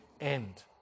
end